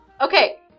okay